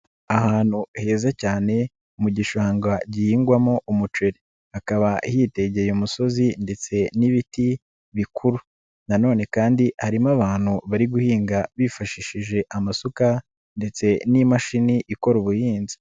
Ahantu heza cyane mu gishanga gihingwamo umuceri, hakaba hitegeye umusozi ndetse n'ibiti bikuru, na none kandi harimo abantu bari guhinga bifashishije amasuka ndetse n'imashini ikora ubuhinzi.